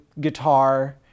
guitar